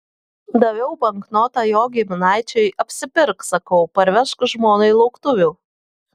daviau banknotą jo giminaičiui apsipirk sakau parvežk žmonai lauktuvių